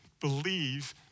believe